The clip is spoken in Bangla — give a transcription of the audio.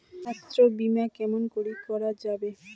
স্বাস্থ্য বিমা কেমন করি করা যাবে?